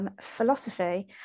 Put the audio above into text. Philosophy